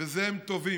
בזה הם טובים.